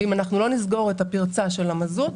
אם לא נסגור את הפרצה של המזוט,